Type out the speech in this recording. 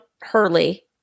Hurley